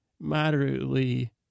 moderately